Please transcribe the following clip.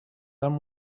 them